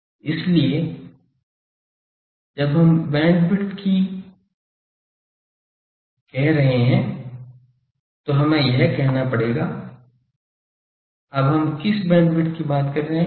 इसलिए इसीलिए जब हम बैंडविड्थ कह रहे हैं तो हमें यह कहना पड़ेगा अब हम किस बैंडविड्थ की बात कर रहे हैं